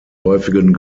häufigen